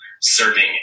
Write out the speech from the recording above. serving